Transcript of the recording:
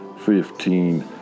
Fifteen